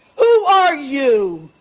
who are you?